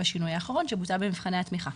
בשינוי האחרון שבוצע במבחני התמיכה.